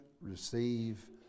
receive